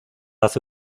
hace